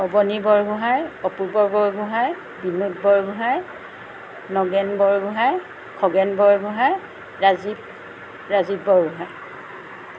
Aboni Borgohain Apurba Borgohain Binod Borgohain Nagen Borgohain Khagen Borgohain Rajib Rajib Borgohain